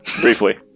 Briefly